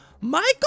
Michael